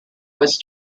was